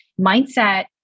mindset